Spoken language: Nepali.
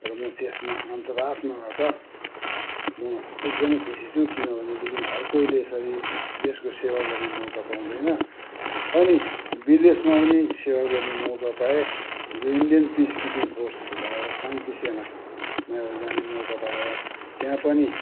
र म त्यसमा अन्तरात्माबाट म एकदमै खुसी छु किन भनेदेखि हर कोहीले यसरी देशको सेवा गर्ने मौका पाउँदैन अनि विदेशमा पनि सेवा गर्ने मौका पाएँ जो इन्डियन पिस किपिङ फोर्स भएर शान्ति सेनामा एउटा जाने मौका पाएर त्यहाँ पनि